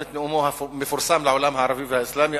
את נאומו המפורסם לעולם הערבי והאסלאמי,